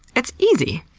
it's easy.